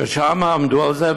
ששם עמדו על זה,